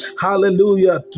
hallelujah